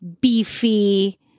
beefy